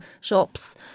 shops